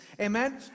Amen